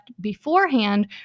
beforehand